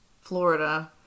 Florida